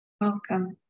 Welcome